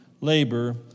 labor